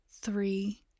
three